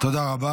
תודה רבה.